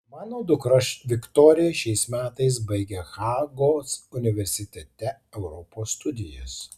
mano dukra viktorija šiais metais baigia hagos universitete europos studijas